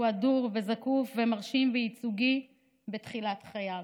הוא הדור, זקוף, מרשים וייצוגי בתחילת חייו.